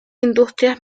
industrias